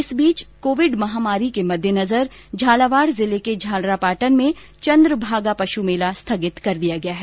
इस बीच कोविड महामारी के मद्देनजर झालावाड़ जिले के झालरापाटन में चन्द्रभागा पशु मेला स्थगित कर दिया गया है